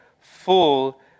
full